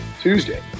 Tuesday